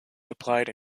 supplied